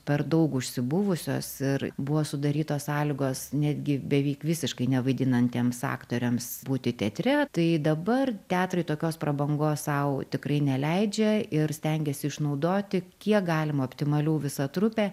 per daug užsibuvusios ir buvo sudarytos sąlygos netgi beveik visiškai nevaidinantiems aktoriams būti teatre tai dabar teatrai tokios prabangos sau tikrai neleidžia ir stengiasi išnaudoti kiek galima optimaliau visą trupę